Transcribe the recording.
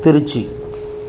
Trichy